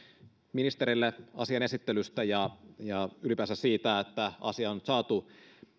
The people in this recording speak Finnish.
ministerille asian esittelystä ja ja ylipäänsä siitä että asia on nyt saatu